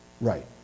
Right